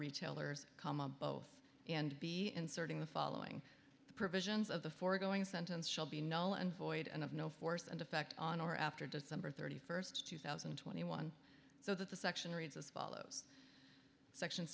retailers comma both and b inserting the following the provisions of the foregoing sentence shall be no and void and of no force and effect on or after december thirty first two thousand and twenty one so that the section reads as follows section